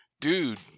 dude